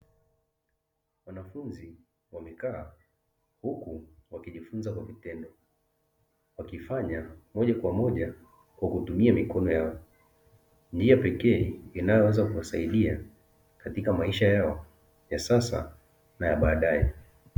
Wanafunzi wamekaa huku wakijifunza kwa vitendo wakifanya moja kwa moja kwa kutumia mikono yao. Njia pekee inayoweza kuwasaidia katika maisha yao ya sasa na ya baadae.